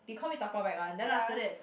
they call me dabao back one then after that